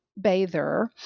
bather